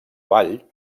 vall